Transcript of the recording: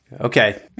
Okay